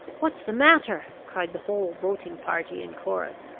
what's the matter? cried the whole boating party in chorus.